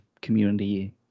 community